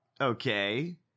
Okay